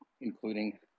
including